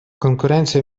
конкуренція